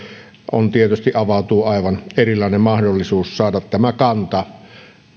tietysti avautuu aivan erilainen mahdollisuus saada tämä kanta